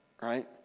right